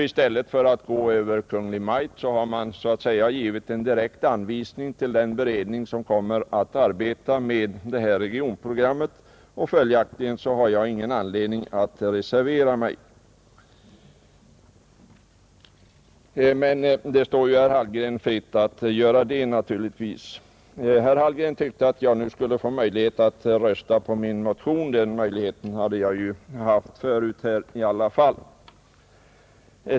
I stället för att gå över Kungl. Maj:t har man så att säga givit en direkt anvisning till den beredning som kommer att arbeta med regionprogrammet, och följaktligen har jag ingen anledning att reservera mig. Men det står naturligtvis herr Hallgren fritt att göra det. — Herr Hallgren tyckte att jag nu skulle få möjlighet att rösta på min motion, Ja, den möjligheten hade jag ju haft i alla fall.